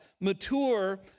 mature